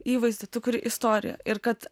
įvaizdį tu kuri istoriją ir kad